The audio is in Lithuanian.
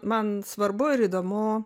man svarbu ir įdomu